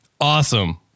awesome